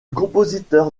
compositeur